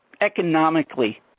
economically